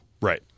Right